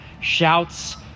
shouts